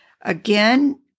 Again